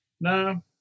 No